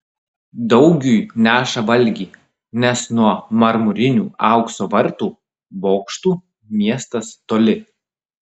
daugiui neša valgį nes nuo marmurinių aukso vartų bokštų miestas toli